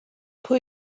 pwy